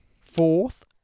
Fourth